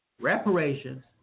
reparations